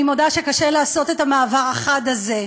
אני מודה שקשה לעשות את המעבר החד הזה,